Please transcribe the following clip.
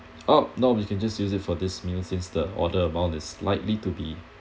ah no you can just use it for these meals since the order amount is slightly to be